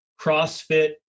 CrossFit